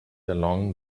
along